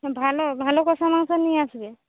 ভালো ভালো কষা মাংস নিয়ে আসবে